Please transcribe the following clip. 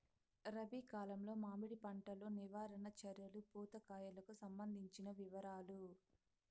రబి కాలంలో మామిడి పంట లో నివారణ చర్యలు పూత కాయలకు సంబంధించిన వివరాలు?